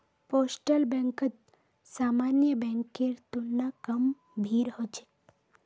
postal बैंकत सामान्य बैंकेर तुलना कम भीड़ ह छेक